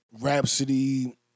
Rhapsody